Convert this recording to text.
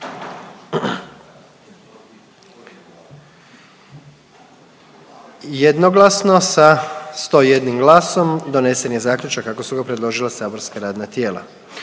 Jednoglasno sa 101 glasom donesen je zaključak kako su ga predložila saborska radna tijela.